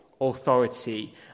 authority